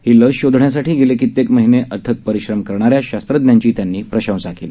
ही लस शोधण्यासाठी गेले कित्येक महिने अथक परिश्रम करणाऱ्या शास्त्रज्ञांची त्यांनी प्रशंसा केली